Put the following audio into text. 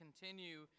continue